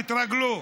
תתרגלו.